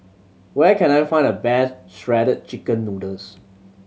where can I find the best Shredded Chicken Noodles